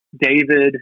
David